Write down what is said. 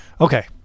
okay